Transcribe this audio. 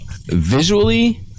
Visually